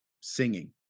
singing